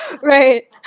Right